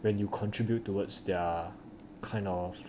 when you contribute towards their kind of